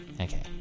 Okay